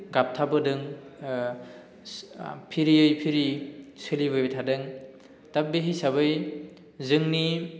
गाबथाबोदों फिरियै फिरि सोलिबोबाय थादों दा बे हिसाबै जोंनि